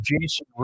Jason